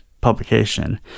publication